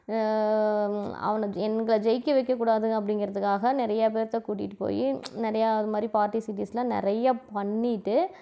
அவன் ஜெ எங்களை ஜெயிக்க வைக்கக்கூடாது அப்படிங்கிறதுக்காக நிறையா பேருத்த கூட்டிகிட்டு போய் நிறையா அது மாதிரி பார்டிஸ் கீட்டிஸ்லாம் நிறையா பண்ணிவிட்டு